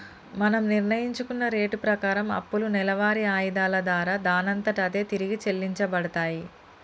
మనం నిర్ణయించుకున్న రేటు ప్రకారం అప్పులు నెలవారి ఆయిధాల దారా దానంతట అదే తిరిగి చెల్లించబడతాయి